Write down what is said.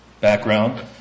background